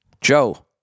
Joe